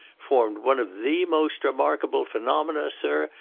formed one of the most remarkable phenomena, sir,